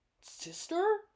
sister